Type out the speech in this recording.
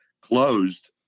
closed